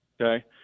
Okay